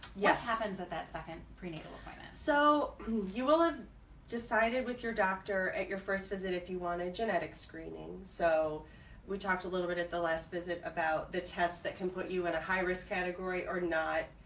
yeah. what happens at that second prenatal appointment? so you will have decided with your doctor at your first visit if you want a genetic screening. so we talked a little bit at the last visit about the tests that can put you at a high risk category or not.